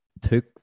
took